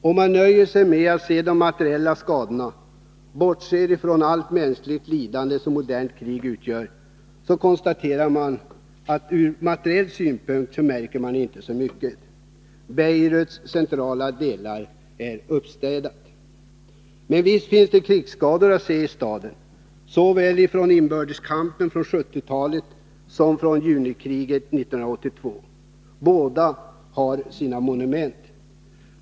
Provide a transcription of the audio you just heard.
Om man nöjer sig med att se de materiella skadorna — och bortser ifrån allt mänskligt lidande som ett modernt krig innebär — så konstaterar man att det märks inte så mycket. Beiruts centrala delar är uppstädade. Visst finns det krigsskador att se i staden — såväl från inbördeskampen under 1970-talet som från junikriget 1982. Båda har sina monument.